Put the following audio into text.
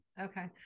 Okay